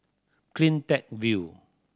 Cleantech View